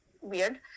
weird